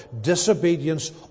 Disobedience